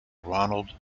ronald